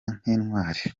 nk’intwari